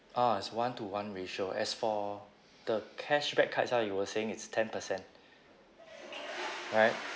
ah is one to one ratio as for the cashback card just now you were saying it's ten percent right